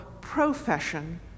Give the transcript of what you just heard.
profession